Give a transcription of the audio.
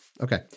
Okay